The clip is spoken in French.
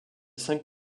cinq